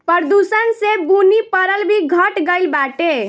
प्रदूषण से बुनी परल भी घट गइल बाटे